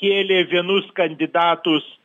kėlė vienus kandidatus